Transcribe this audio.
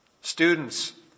Students